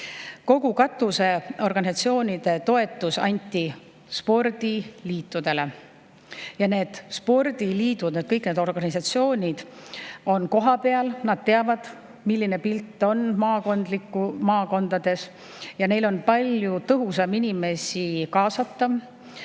Kogu katusorganisatsioonide toetus anti spordiliitudele. Kõik need spordiliidud ja organisatsioonid on kohapeal, nad teavad, milline pilt on maakondades, ja neil on palju tõhusam inimesi kaasata,